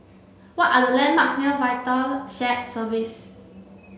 what are the landmarks near VITAL Shared Services